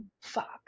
fuck